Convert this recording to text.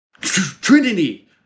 Trinity